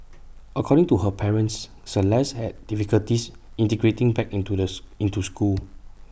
according to her parents celeste had difficulties integrating back into this into school